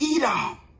Edom